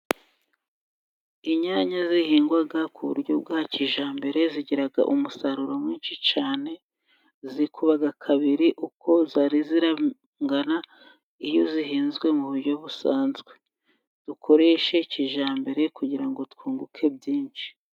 Inyanya zihingwa ku buryo bwa kijyambere zigira umusaruro mwinshi cyane, zikuba kabiri uko zari zirangana iyo zihinzwe mu buryo busanzwe, dukoreshe kijambere kugira ngo twunguke byinshi.